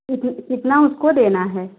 कित कितना उसको देना है